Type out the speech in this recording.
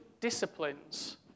disciplines